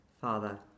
father